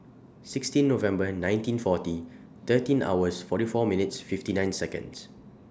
sixteen Nov nineteen forty thirteen hours forty four minutes fifty nine Seconds